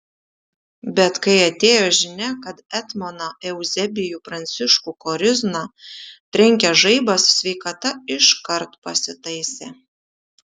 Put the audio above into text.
bet kai atėjo žinia kad etmoną euzebijų pranciškų korizną trenkė žaibas sveikata iškart pasitaisė